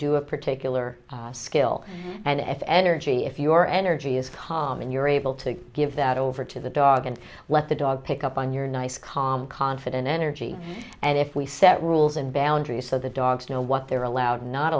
do a particular skill and energy if your energy is calm and you're able to give that over to the dog and let the dog pick up on your nice calm confident energy and if we set rules and boundaries so the dogs know what they're allowed not